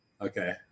Okay